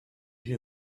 hear